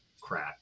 Crap